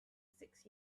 six